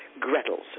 gretels